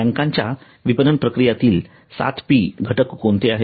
बँकेच्या विपणन प्रक्रियेतील ७ घटक कोणते आहेत